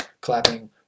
clapping